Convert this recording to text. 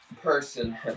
person